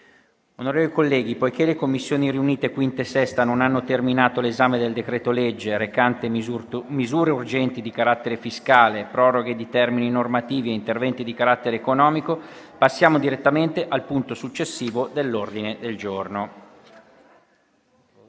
Onorevoli colleghi, poiché le Commissioni riunite 5a e 6a non hanno terminato l'esame del decreto-legge recante misure urgenti di carattere fiscale, proroghe di termini normativi e interventi di carattere economico, passiamo direttamente al punto successivo dell'ordine del giorno.